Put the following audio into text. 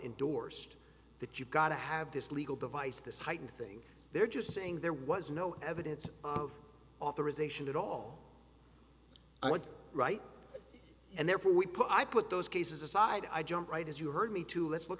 indorsed that you've got to have this legal device this heightened thing they're just saying there was no evidence of authorization at all right and therefore we put i put those cases aside i jump right as you heard me to let's look